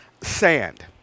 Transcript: sand